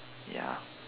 ya